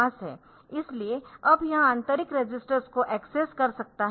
इसलिए अब यह आंतरिक रजिस्टर्स को एक्सेस कर सकता है